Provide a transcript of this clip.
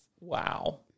Wow